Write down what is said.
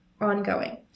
ongoing